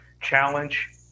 challenge